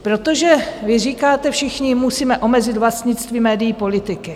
Protože vy říkáte všichni: Musíme omezit vlastnictví médií politiky.